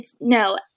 No